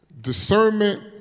Discernment